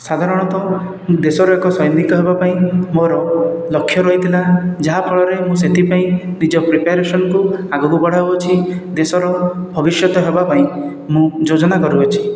ସାଧାରଣତଃ ଦେଶର ଏକ ସୈନିକ ହେବା ପାଇଁ ମୋର ଲକ୍ଷ୍ୟ ରହିଥିଲା ଯାହା ଫଳରେ ମୁଁ ସେଥିପାଇଁ ନିଜ ପ୍ରିପାରେସନକୁ ଆଗକୁ ବଢ଼ାଉ ଅଛି ଦେଶର ଭବିଷ୍ୟତ ହେବା ପାଇଁ ମୁଁ ଯୋଜନା କରୁଅଛି